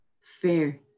fair